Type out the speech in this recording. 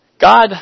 God